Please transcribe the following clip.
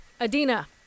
Adina